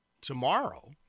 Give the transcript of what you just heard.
tomorrow